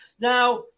Now